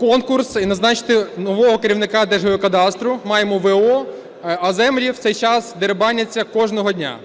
конкурс і назначити нового керівника Держгеокадастру, маємо в.о., а землі в цей час дерибаняться кожного дня.